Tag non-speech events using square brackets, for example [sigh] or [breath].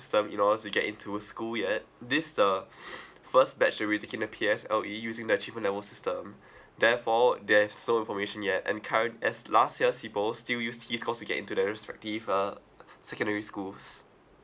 system in order to get into a school yet this the [breath] first batch to have taken the P_S_L_E using the achievement level system [breath] therefore there is no information yet and current as last year's people still used T scores to get into the respective uh secondary schools